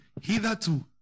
Hitherto